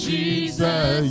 Jesus